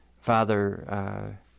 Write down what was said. Father